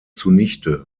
zunichte